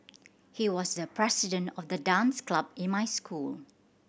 he was the president of the dance club in my school